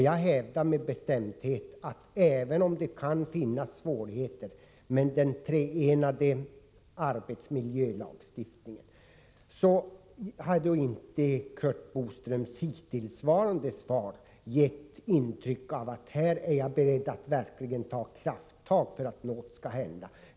Jag hävdar med bestämdhet — jag är dock medveten om att det kan finnas svårigheter beträffande arbetsmiljölagstiftningen — att Curt Boströms svar hittills inte har gett något intryck av att här är kommunikationsministern beredd att verkligen ta krafttag för att något skall hända.